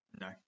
no